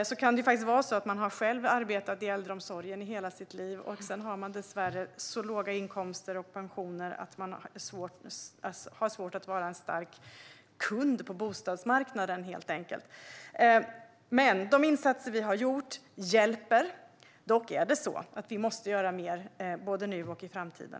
Det kan vara så att man själv har arbetat i äldreomsorgen under hela sitt liv och sedan dessvärre har så låg inkomst och pension att man helt enkelt har svårt att vara en stark kund på bostadsmarknaden. De insatser vi har gjort hjälper. Vi måste dock göra mer, både nu och i framtiden.